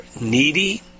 needy